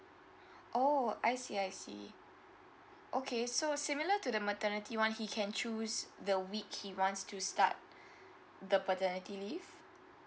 oh I see I see okay so similar to the maternity one he can choose the week he wants to start the paternity leave